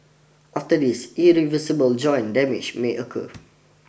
after this irreversible joint damage may occur